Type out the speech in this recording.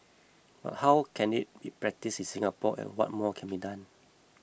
but how can you practised in Singapore and what more can be done